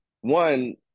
one